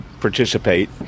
participate